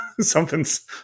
Something's